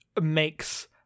makes